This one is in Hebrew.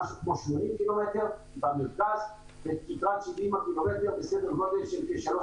משהו כמו 80 ק"מ --- בסדר גודל של שלוש